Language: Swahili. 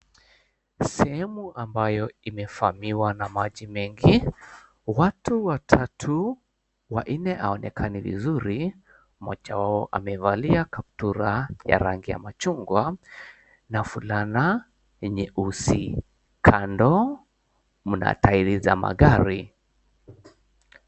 Sehemu ambayo imevamiwa na maji mengi watu watatu wanne haonekani vizuri mmoja wao amevalia kaptura ya rangi ya machungwa na fulana yenye uzi kando mna tairi za magari.